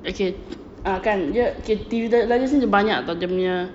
okay err kan dia okay T_V terlajak laris ni dia banyak [tau] dia punya